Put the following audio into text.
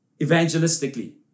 evangelistically